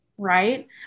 right